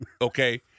Okay